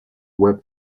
web